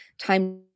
time